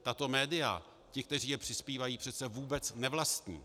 Tato média, ti, kteří přispívají, je přece vůbec nevlastní.